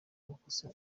amakosa